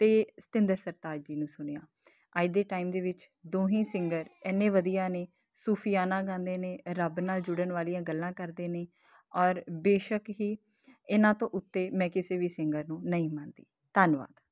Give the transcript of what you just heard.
ਤਾਂ ਸਤਿੰਦਰ ਸਰਤਾਜ ਜੀ ਨੂੰ ਸੁਣਿਆ ਅੱਜ ਦੇ ਟਾਈਮ ਦੇ ਵਿੱਚ ਦੋਹੇ ਸਿੰਗਰ ਇੰਨੇ ਵਧੀਆ ਨੇ ਸੂਫੀਆਨਾ ਗਾਉਂਦੇ ਨੇ ਰੱਬ ਨਾਲ ਜੁੜਨ ਵਾਲੀਆਂ ਗੱਲਾਂ ਕਰਦੇ ਨੇ ਔਰ ਬੇਸ਼ੱਕ ਹੀ ਇਹਨਾਂ ਤੋਂ ਉੱਤੇ ਮੈਂ ਕਿਸੇ ਵੀ ਸਿੰਗਰ ਨੂੰ ਨਹੀਂ ਮੰਨਦੀ ਧੰਨਵਾਦ